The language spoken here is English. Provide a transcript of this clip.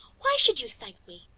why should you thank me?